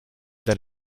that